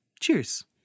cheers